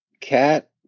cat